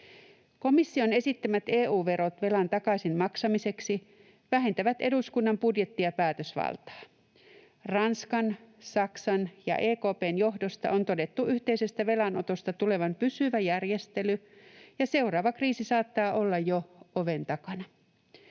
Komission esittämät EU-verot velan takaisin maksamiseksi vähentävät eduskunnan budjetti- ja päätösvaltaa. Ranskan, Saksan ja EKP:n johdosta on todettu yhteisestä velanotosta tulevan pysyvä järjestely, ja seuraava kriisi saattaa olla jo oven takana.